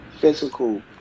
physical